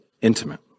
intimate